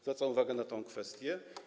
Zwracam uwagę na tę kwestię.